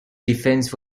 defense